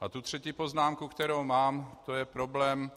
A ta třetí poznámku, kterou mám, to je problém.